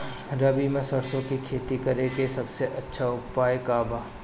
रबी में सरसो के खेती करे के सबसे अच्छा उपाय का बा?